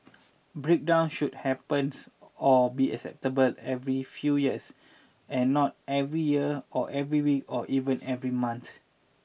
breakdown should happens or be acceptable every few years and not every year or every week or even every month